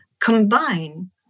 combine